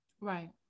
right